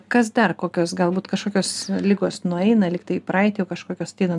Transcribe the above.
kas dar kokios galbūt kažkokios ligos nueina lyg tai į praeitį o kažkokios ateina